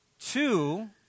two